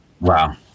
Wow